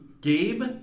Gabe